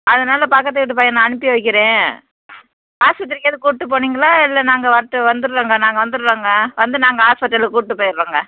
அதனால் பக்கத்து வீட்டு பையன அனுப்பி வைக்கிறேன் ஆஸ்பத்திரிக்காவது கூப்பிட்டு போனீங்களா இல்லை நாங்கள் வரட்டு வந்துடுறோங்க நாங்கள் வந்துடுறோங்க வந்து நாங்கள் ஆஸ்பத்திரியில் கூப்பிட்டு போயிடுறோங்க